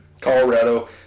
Colorado